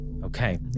Okay